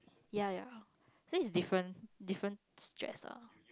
ya ya I think is different different stress lah